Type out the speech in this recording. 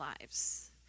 lives